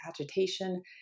agitation